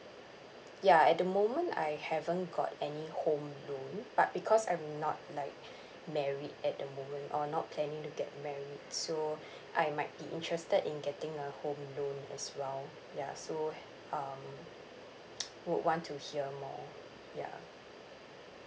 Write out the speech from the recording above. ya at the moment I haven't got any home loan but because I'm not like married at the moment or not planning to get married so I might be interested in getting a home loan as well ya so h~ um would want to hear more ya